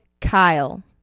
kyle